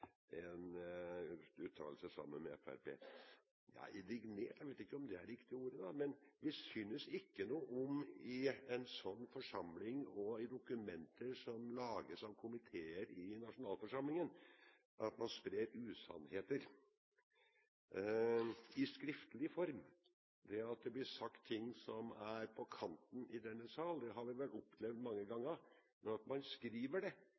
uttalelse. Indignert – jeg vet ikke om det er det riktige ordet, men vi synes ikke noe om at man i en slik forsamling og i dokumenter som lages av komiteer i nasjonalforsamlingen, sprer usannheter – i skriftlig form. Det at det blir sagt ting som er på kanten i denne salen, har vi vel opplevd mange ganger. Men at man skriver det,